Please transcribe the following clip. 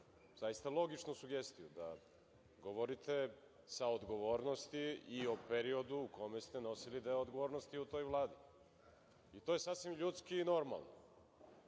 jednu logičnu sugestiju da govorite sa odgovornosti i o periodu u kome ste nosili deo odgovornosti u toj Vladi. To je sasvim ljudski i normalno